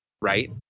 right